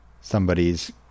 somebody's